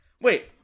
Wait